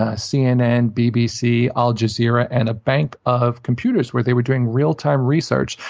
ah cnn, bbc, al jazera, and a bank of computers where they were doing real time research.